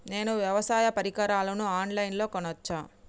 నేను వ్యవసాయ పరికరాలను ఆన్ లైన్ లో కొనచ్చా?